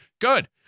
good